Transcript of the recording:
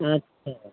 अच्छा